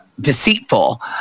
deceitful